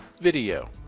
Video